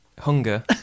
hunger